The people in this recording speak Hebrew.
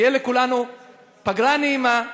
שתהיה לכולנו פגרה נעימה,